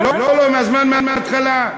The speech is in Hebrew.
זמן מהתחלה,